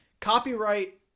copyright